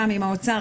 גם עם האוצר,